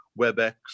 WebEx